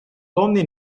donne